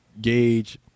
gauge